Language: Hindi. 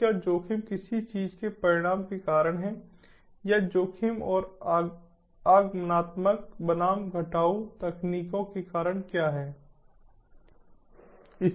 तो क्या जोखिम किसी चीज के परिणाम के कारण है या जोखिम और आगमनात्मक बनाम घटाऊ तकनीकों के कारण क्या है